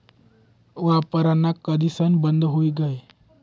वापरान कधीसन बंद हुई गया